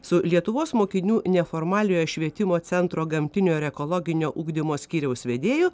su lietuvos mokinių neformaliojo švietimo centro gamtinio ir ekologinio ugdymo skyriaus vedėju